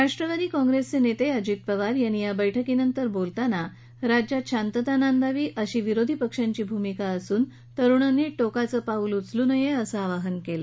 राष्ट्रवादी काँग्रेसचे नेते अजित पवार यांनी या बैठकीनंतर बोलताना राज्यात शांतता नांदावी अशी विरोधी पक्षांची भूमिका असून तरुणांनी टोकाचं पाऊल उचलू नये असं आवाहन केलं